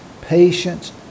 patience